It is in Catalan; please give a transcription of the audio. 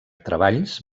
treballs